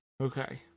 Okay